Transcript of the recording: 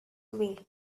way